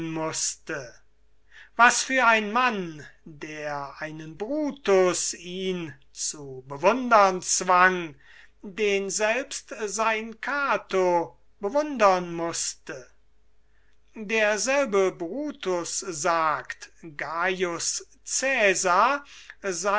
mußte was für ein mann der einen brutus ihn zu bewundern zwang den selbst sein cato bewundern mußte derselbe brutus sagt